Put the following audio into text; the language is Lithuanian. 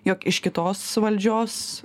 jog iš kitos valdžios